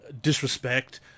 disrespect